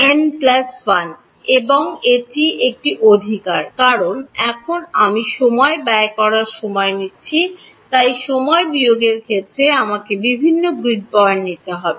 N plus 1 এটি একটি অধিকার কারণ এখন আমি সময় ব্যয় করার সময় নিচ্ছি তাই সময় বিয়োগের ক্ষেত্রে আমাকে বিভিন্ন গ্রিড পয়েন্ট নিতে হবে